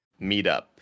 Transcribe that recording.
meetup